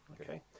Okay